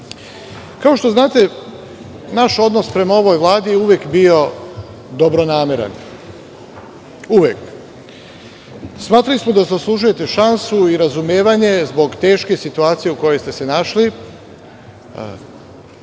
Kao što znate naš odnos prema ovoj Vladi je uvek bio dobronameran. Smatrali smo da zaslužujete šansu i razumevanje zbog teške situacije u kojoj ste se našli,